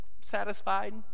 Satisfied